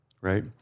right